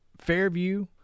Fairview